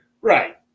Right